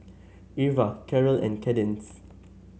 Irva Karel and Kadence